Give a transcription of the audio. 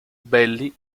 belli